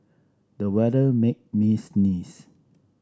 the weather made me sneeze